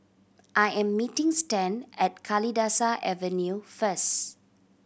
I am meeting Stan at Kalidasa Avenue first